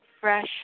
fresh